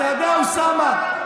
אתה לא עושה טובה.